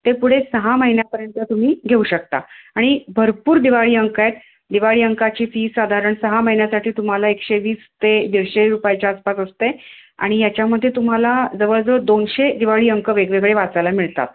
ते पुढे सहा महिन्यापर्यंत तुम्ही घेऊ शकता आणि भरपूर दिवाळी अंक आहेत दिवाळी अंकाची फी साधारण सहा महिन्यासाठी तुम्हाला एकशे वीस ते दीडशे रुपयाच्या आसपास असते आणि याच्यामध्ये तुम्हाला जवळजवळ दोनशे दिवाळी अंक वेगवेगळे वाचायला मिळतात